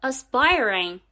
Aspiring